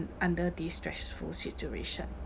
under this stressful situation